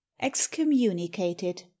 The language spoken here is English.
Excommunicated